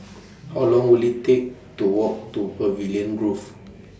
How Long Will IT Take to Walk to Pavilion Grove